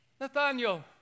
Nathaniel